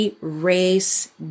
race